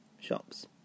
shops